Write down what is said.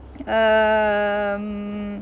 um